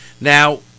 Now